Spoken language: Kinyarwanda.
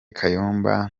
kayumba